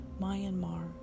Myanmar